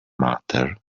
matter